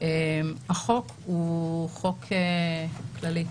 החוק הוא חוק כללי,